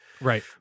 right